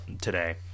today